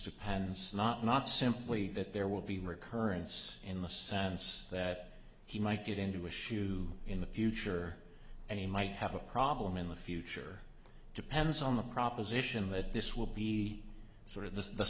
japans not not simply that there will be recurrence in the sense that he might get into a shoe in the future and he might have a problem in the future depends on the proposition that this will be sort of the